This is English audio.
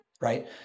right